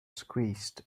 squeezed